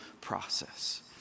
process